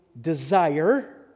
desire